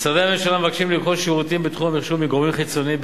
משרדי הממשלה מבקשים לרכוש שירותים בתחום המחשוב מגורמים חיצוניים,